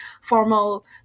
formal